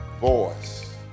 voice